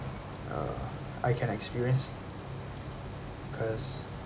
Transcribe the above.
uh I can experience because